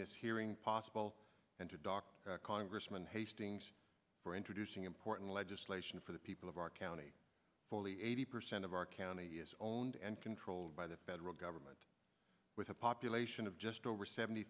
this hearing possible and to dr congressman hastings for introducing important legislation for the people of our county fully eighty percent of our county is owned and controlled by the federal government with a population of just over seventy